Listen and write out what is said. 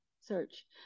search